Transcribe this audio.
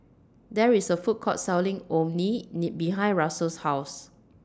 There IS A Food Court Selling Orh Nee Nee behind Russell's House